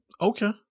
Okay